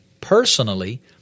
Personally